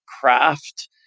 craft